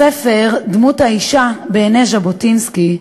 בספר "דמות האישה בעיני ז'בוטינסקי"